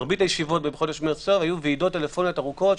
מרבית הישיבות בחודש מרץ היו ועידות טלפוניות ארוכות,